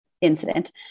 incident